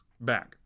Back